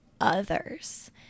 others